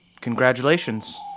Congratulations